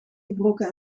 gebroken